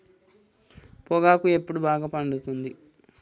పొగాకు ఎప్పుడు బాగా పండుతుంది?